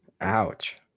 Ouch